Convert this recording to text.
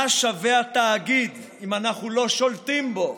מה שווה התאגיד אם אנחנו לא שולטים בו?